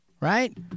right